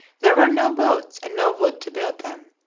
there were no boats and no wood to build them,